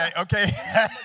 Okay